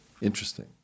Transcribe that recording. interesting